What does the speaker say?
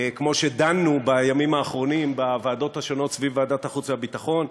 כמו שדנו בימים האחרונים בוועדות השונות סביב ועדת החוץ והביטחון,